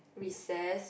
recess